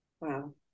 Wow